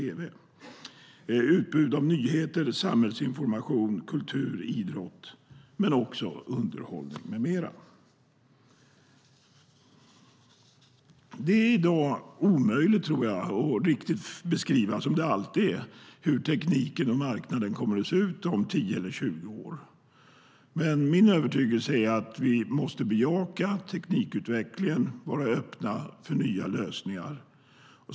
Det ska vara ett utbud av nyheter, samhällsinformation, kultur, idrott och underhållning med mera. Det är i dag omöjligt att riktigt beskriva, som det alltid är, hur tekniken och marknaden kommer att se ut om 10 eller 20 år. Min övertygelse är att vi måste bejaka teknikutvecklingen och vara öppna för nya lösningar.